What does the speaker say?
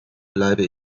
bleibe